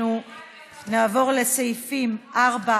לסעיפים 5